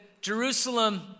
Jerusalem